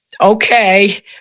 Okay